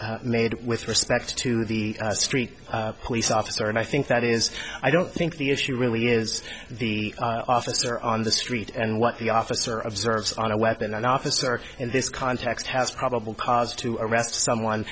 judgement made with respect to the street police officer and i think that is i don't think the issue really is the officer on the street and what the officer of service on a weapon an officer in this context has probable cause to arrest someone